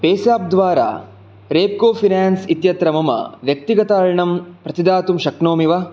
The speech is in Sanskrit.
पेसाप् द्वारा रेप्को फ़िनान्स् इत्यत्र मम व्यक्तिगतऋणम् प्रतिदातुं शक्नोमि वा